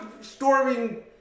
storming